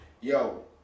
yo